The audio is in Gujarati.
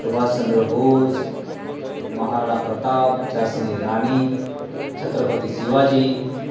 સુભાષચંદ્ર બોઝ મહારાણા પ્રતાપ ઝાંસીની રાણી છત્રપતિ શિવાજી